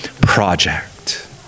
project